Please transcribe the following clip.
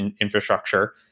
infrastructure